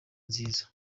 nziza